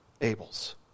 Abel's